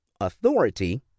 authority